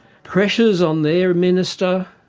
pressures on their minister,